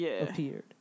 appeared